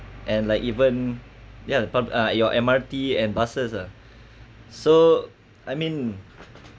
and like even yeah pub~ your M_R_T and buses ah so I mean